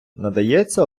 надається